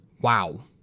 Wow